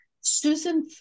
Susan